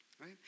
right